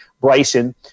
Bryson